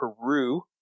Peru